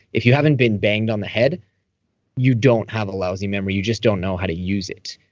if you haven't been banged on the head you don't have a lousy memory. you just don't know how to use it.